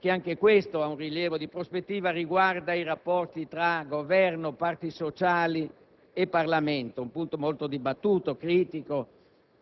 perché anche questo ha un rilievo di prospettiva - riguarda i rapporti tra Governo, parti sociali e Parlamento. Si tratta di un punto molto dibattuto, critico,